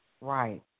Right